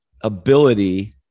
ability